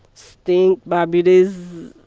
stink. barbuda is